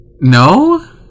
No